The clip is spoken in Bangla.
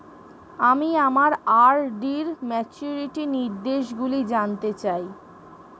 আমি আমার আর.ডি র ম্যাচুরিটি নির্দেশগুলি জানতে চাই